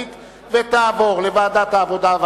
לדיון מוקדם בוועדת העבודה,